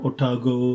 Otago